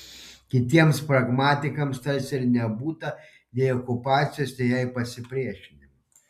kitiems pragmatikams tarsi ir nebūta nei okupacijos nei jai pasipriešinimo